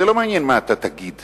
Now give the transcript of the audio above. זה לא מעניין מה אתה תגיד.